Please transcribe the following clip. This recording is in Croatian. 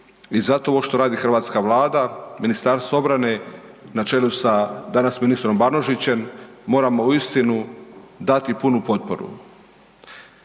i zato ovo što radi hrvatska vlada, Ministarstvo obrane na čelu sa danas ministrom Banožićem moramo uistinu dati punu potporu.